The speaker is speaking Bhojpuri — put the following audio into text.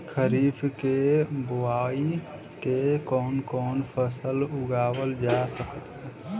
खरीब के बोआई मे कौन कौन फसल उगावाल जा सकत बा?